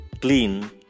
clean